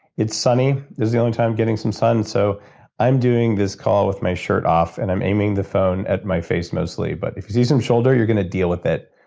it's sunny. this is the only time i'm getting some sun, so i'm doing this call with my shirt off and i'm aiming the phone at my face, mostly but if you see some shoulder, you're going to deal with it.